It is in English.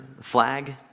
flag